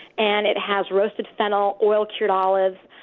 and it has roasted fennel, oil-cured olives.